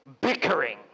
Bickering